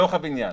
בתוך הבניין.